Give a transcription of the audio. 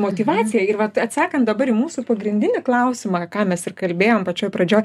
motyvacija ir vat atsakant dabar į mūsų pagrindinį klausimą ką mes ir kalbėjom pačioj pradžioj